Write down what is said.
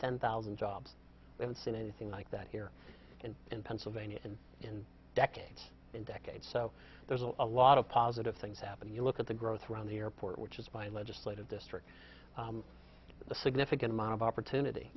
ten thousand jobs and seen anything like that here in pennsylvania and in decades in decades so there's a lot of positive things happening you look at the growth around the airport which is my legislative district a significant amount of opportunity